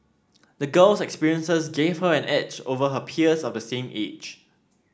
the girl's experiences gave her an edge over her peers of the same age